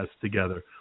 together